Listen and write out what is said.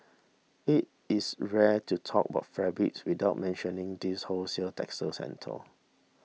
it is rare to talk about fabrics without mentioning this wholesale textile centre